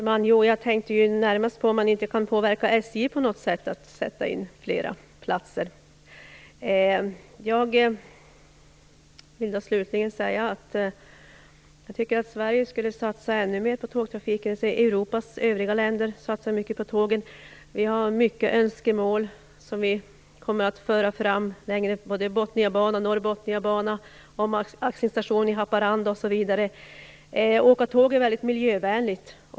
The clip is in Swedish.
Herr talman! Jag tänkte närmast på om man inte på något sätt kan påverka SJ att sätta in fler platser. Jag vill slutligen säga att jag tycker att Sverige skall satsa ännu mer på tågtrafik. Europas övriga länder satsar mycket på tågen. Vi har många önskemål som vi kommer att föra fram. Det gäller Botniabanan, Norrbottniabanan, omaxlingsstation i Haparanda, osv. Att åka tåg är väldigt miljövänligt.